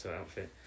outfit